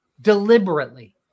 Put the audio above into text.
deliberately